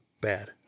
bad